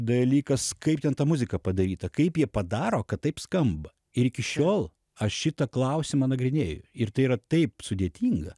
dalykas kaip ten ta muzika padaryta kaip jie padaro kad taip skamba ir iki šiol aš šitą klausimą nagrinėju ir tai yra taip sudėtinga